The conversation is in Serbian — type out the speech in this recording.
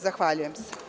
Zahvaljujem se.